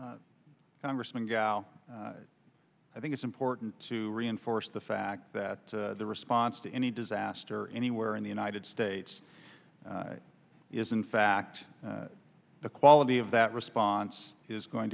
congressman go i think it's important to reinforce the fact that the response to any disaster anywhere in the united states is in fact the quality of that response is going